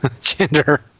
gender